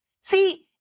See